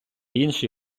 інші